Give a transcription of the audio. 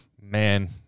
Man